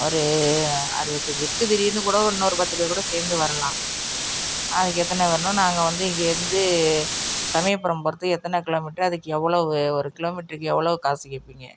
ஒரு அருபதஞ்சி இருக்குது திடீர்னு கூட இன்னொரு பத்து பேர் கூட சேர்ந்து வரலாம் அதுக்கு எத்தனை வேணும் நாங்கள் வந்து இங்கேயிருந்து சமயபுரம் போகிறதுக்கு எத்தனை கிலோமீட்டர் அதற்கு எவ்வளவு ஒரு கிலோமீட்டருக்கு எவ்வளோ காசு கேட்பீங்க